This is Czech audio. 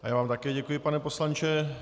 A já vám také děkuji, pane poslanče.